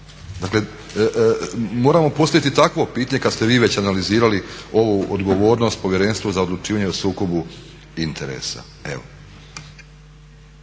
Dakle, moramo postaviti i takvo pitanje kad ste vi već analizirali ovu odgovornost Povjerenstva za odlučivanje o sukobu interesa.